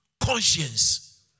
conscience